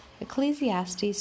Ecclesiastes